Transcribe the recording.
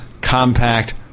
compact